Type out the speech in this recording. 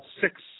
six